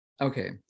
Okay